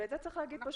את זה צריך לומר.